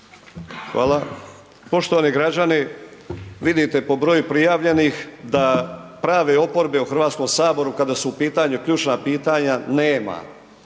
Hvala. Poštovani građani, vidite po broju prijavljenih da prave oporbe u Hrvatskom saboru kada su u pitanju ključna pitanja, nema.